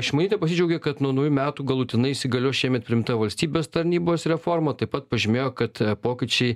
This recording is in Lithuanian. šimonytė pasidžiaugė kad nuo naujų metų galutinai įsigalios šiemet priimta valstybės tarnybos reforma taip pat pažymėjo kad pokyčiai